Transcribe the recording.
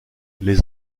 les